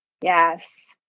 Yes